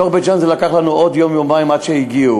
בתוך בית-ג'ן זה לקח לנו עוד יום-יומיים עד שהגיעו.